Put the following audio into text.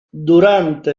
durante